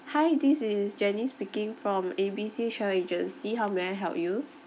hi this is janice speaking from A B C travel agency how may I help you